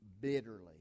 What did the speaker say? bitterly